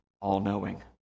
all-knowing